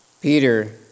Peter